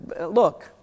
look